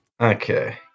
Okay